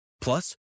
Plus